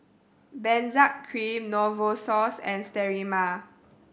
Benzac Cream Novosource and Sterimar